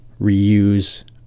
reuse